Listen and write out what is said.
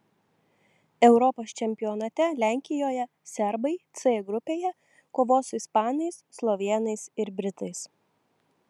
europos čempionate lenkijoje serbai c grupėje kovos su ispanais slovėnais ir britais